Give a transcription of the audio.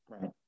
right